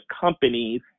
companies